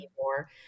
more